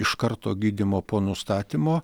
iš karto gydymo po nustatymo